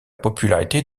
popularité